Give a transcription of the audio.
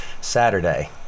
saturday